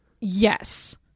yes